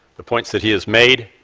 the points that he has made.